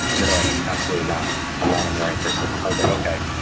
and they're like, absolutely not. i'm not a morning person. i was like, okay,